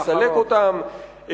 לסלק אותם.